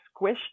squished